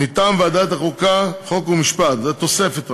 מטעם ועדת החוקה, חוק ומשפט, זה התוספת רק,